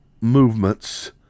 movements